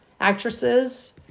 actresses